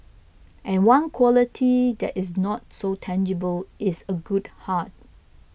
and one quality that is not so tangible is a good heart